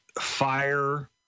fire